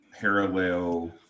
parallel